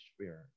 Spirit